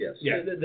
Yes